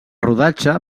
rodatge